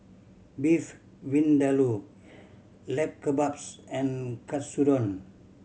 Beef Vindaloo Lamb Kebabs and Katsudon